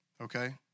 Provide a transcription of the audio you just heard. okay